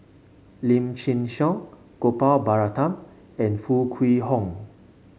Lim Chin Siong Gopal Baratham and Foo Kwee Horng